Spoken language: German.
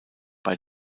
bei